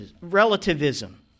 Relativism